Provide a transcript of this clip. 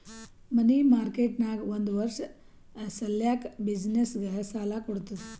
ಮನಿ market ನಾಗ್ ಒಂದ್ ವರ್ಷ ಸಲ್ಯಾಕ್ ಬಿಸಿನ್ನೆಸ್ಗ ಸಾಲಾ ಕೊಡ್ತುದ್